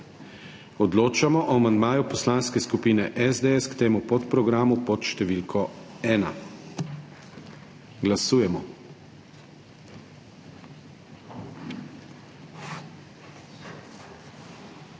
Odločamo o amandmaju Poslanske skupine SDS k temu podprogramu pod številko 1. Glasujemo.